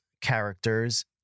characters